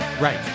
right